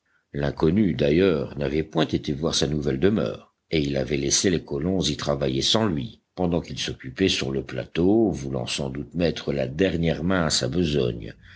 l'inconnu d'ailleurs n'avait point été voir sa nouvelle demeure et il avait laissé les colons y travailler sans lui pendant qu'il s'occupait sur le plateau voulant sans doute mettre la dernière main à sa besogne